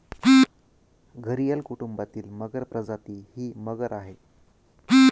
घरियल कुटुंबातील मगर प्रजाती ही मगर आहे